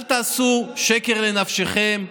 אל תעשו שקר בנפשותיכם.